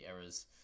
errors